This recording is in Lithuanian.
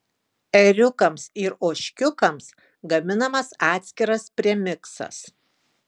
ėriukams ir ožkiukams gaminamas atskiras premiksas